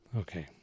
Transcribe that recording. Okay